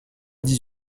dix